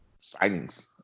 signings